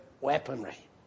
weaponry